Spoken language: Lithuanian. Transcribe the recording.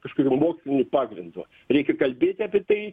kažkurių mokymų pagrindu reikia kalbėti apie tai